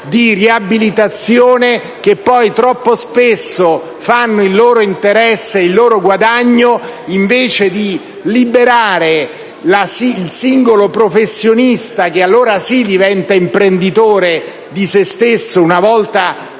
di riabilitazione, che poi troppo spesso fanno il loro interesse, il loro guadagno, invece di liberare il singolo professionista, che allora sì diventa imprenditore di sé stesso, una volta